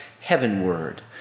heavenward